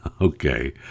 Okay